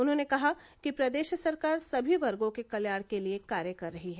उन्होंने कहा कि प्रदेश सरकार सभी वर्गों के कल्याण के लिए कार्य कर रही है